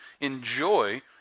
enjoy